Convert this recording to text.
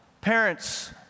Parents